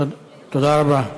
תודה רבה.